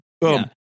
Boom